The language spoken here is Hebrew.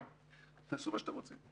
תעשו מה שאתם רוצים.